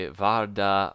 varda